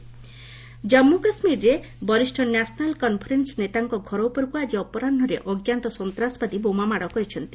JK attack Jammu କାଶ୍ରୀରରେ ବରିଷା national conference ନେତାଙ୍କ ଘର ଉପରକ୍ତ ଆଜି ଅପରାହୁରେ ଅଜ୍ଞାତ ସନ୍ତାସବାଦୀ ବୋମାମାଡ଼ କରିଛନ୍ତି